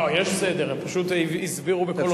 לא, יש סדר, הם פשוט הסבירו בקול.